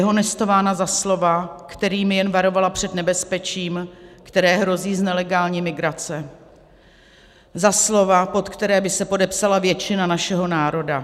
Je dehonestována za slova, kterými jen varovala před nebezpečím, které hrozí z nelegální migrace, za slova, pod která by se podepsala většina našeho národa.